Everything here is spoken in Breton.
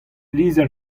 lizher